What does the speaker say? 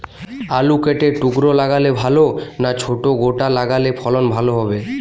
আলু কেটে টুকরো লাগালে ভাল না ছোট গোটা লাগালে ফলন ভালো হবে?